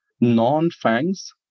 non-FANGs